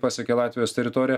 pasiekė latvijos teritoriją